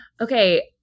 Okay